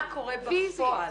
מה קורה בפועל?